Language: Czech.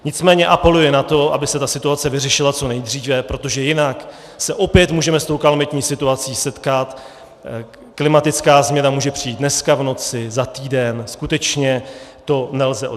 Nicméně apeluji na to, aby se ta situace vyřešila co nejdříve, protože jinak se opět můžeme s tou kalamitní situací setkat, klimatická změna může přijít dneska v noci, za týden, skutečně to nelze odhadovat.